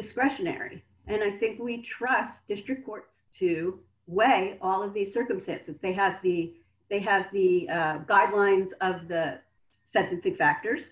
discretionary and i think we trust district court to weigh all of the circumstances they have the they have the guidelines of the sentencing factors